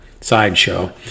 sideshow